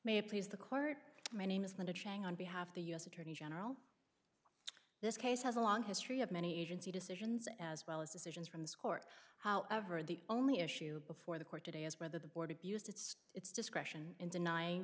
may please the court my name is linda chang on behalf of the u s attorney general this case has a long history of many agency decisions as well as decisions from this court however the only issue before the court today is whether the board abused its its discretion in denying